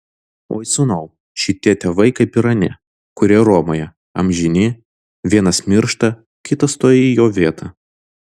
oi sūnau šitie tėvai kaip ir anie kurie romoje amžini vienas miršta kitas tuoj į jo vietą